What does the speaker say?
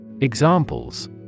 Examples